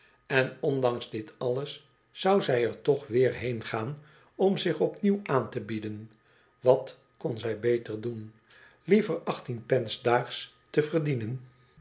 en ondanks dit alles zou zij er toch weer heen gaan om zich opnieuw aan te bieden wat kon zij beter doen liever achttien pence daags te verdienen